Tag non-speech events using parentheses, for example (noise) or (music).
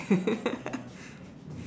(laughs)